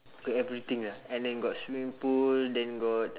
got everything ah and then got swimming pool then got